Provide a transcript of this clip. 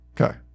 Okay